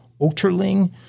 Oterling